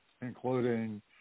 including